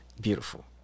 Beautiful